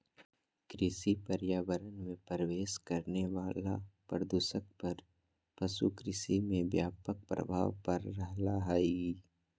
कृषि पर्यावरण मे प्रवेश करे वला प्रदूषक पर पशु कृषि के व्यापक प्रभाव पड़ रहल हई